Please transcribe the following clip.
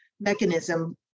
mechanism